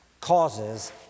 causes